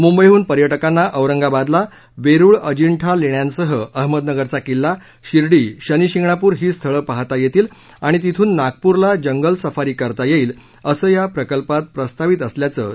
मुंबईह्न पर्यटकांना औरंगाबादला वेरुळ अजिंठा लेण्यांसह अहमदनगरचा किल्ला शिर्डी शनिशिंगणापूर ही स्थळं पाहता येतील आणि तिथून नागपूरला जंगल सफारी करता येईल असं या प्रकल्पात प्रस्तावित असल्याचं ते म्हणाले